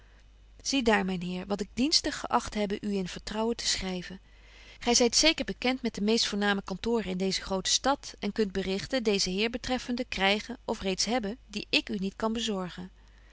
zie daar myn heer wat ik dienstig geagt hebbe u in vertrouwen te schryven gy zyt zeker bekent met de meeste voorname kantoren in deeze grote stad en kunt berichten deezen heer betreffende krygen of reeds hebben die ik u niet kan bezorgen